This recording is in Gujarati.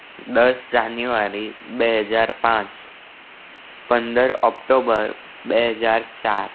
દસ જાન્યુઆરી બે હજાર પાંચ પંદર ઓકટોબર બે હજાર ચાર